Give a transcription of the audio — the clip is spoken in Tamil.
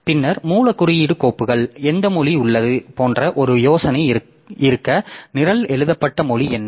பின்னர் மூல குறியீடு கோப்புகள் எந்த மொழி உள்ளது போன்ற ஒரு யோசனை இருக்க நிரல் எழுதப்பட்ட மொழி என்ன